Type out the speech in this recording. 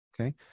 Okay